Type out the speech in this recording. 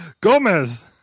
Gomez